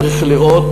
צריך לראות,